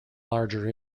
larger